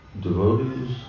devotees